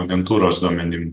agentūros duomenim